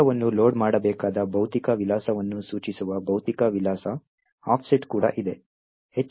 ವಿಭಾಗವನ್ನು ಲೋಡ್ ಮಾಡಬೇಕಾದ ಭೌತಿಕ ವಿಳಾಸವನ್ನು ಸೂಚಿಸುವ ಭೌತಿಕ ವಿಳಾಸ ಆಫ್ಸೆಟ್ ಕೂಡ ಇದೆ